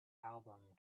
album